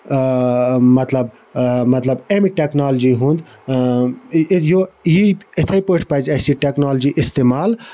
مطلب مطلب اَمہِ ٹٮ۪کنالجی ہُنٛد یُہ یی یِتھٕے پٲٹھۍ پَزِ اَسہِ یہِ ٹٮ۪کنالجی استعمال